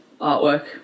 artwork